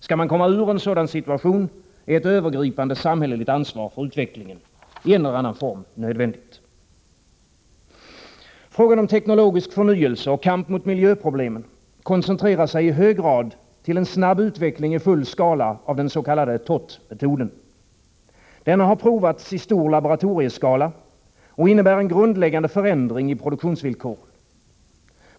Skall man komma ur en sådan situation, är ett övergripande samhälleligt ansvar för utvecklingen i en eller annan form nödvändigt. Frågan om teknologisk förnyelse och kamp mot miljöproblemen koncentrerar sig i hög grad till en snabb utveckling i full skala av den s.k. Toth-metoden. Denna har provats i stor laboratorieskala och innebär en grundläggande förändring i produktionsvillkoren.